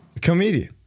Comedian